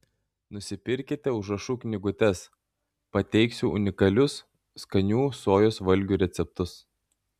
nusipirkite užrašų knygutes pateiksiu unikalius skanių sojos valgių receptus